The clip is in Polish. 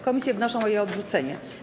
Komisje wnoszą o jej odrzucenie.